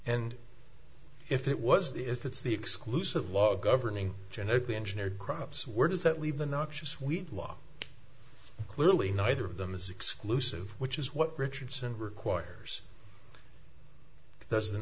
and if it was the if it's the exclusive law governing genetically engineered crops where does that leave the noxious weed law clearly neither of them is exclusive which is what richardson requires